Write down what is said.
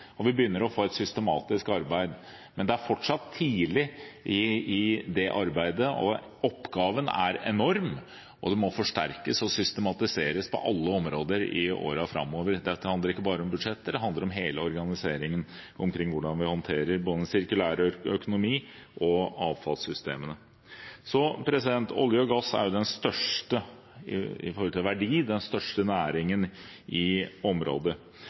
og vi begynner å få et systematisk arbeid. Men det er fortsatt tidlig i det arbeidet, og oppgaven er enorm, og det må forsterkes og systematiseres på alle områder i årene framover. Dette handler ikke bare om budsjetter, det handler om hele organiseringen av hvordan vi håndterer både en sirkulær økonomi og avfallssystemene. Olje og gass er den største næringen i området med hensyn til verdi,